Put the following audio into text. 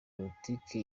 politike